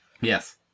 Yes